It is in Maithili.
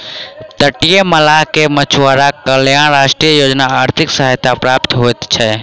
तटीय मल्लाह के मछुआरा कल्याण राष्ट्रीय योजना आर्थिक सहायता प्राप्त होइत छै